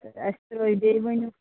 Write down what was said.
اَسہِ ترٛٲوو بیٚیہِ ؤنِو